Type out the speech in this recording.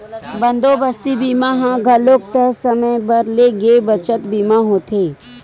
बंदोबस्ती बीमा ह घलोक तय समे बर ले गे बचत बीमा होथे